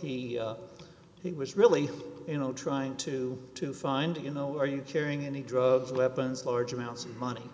he he was really you know trying to to find you know are you carrying any drugs weapons large amounts of money